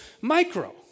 micro